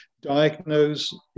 diagnose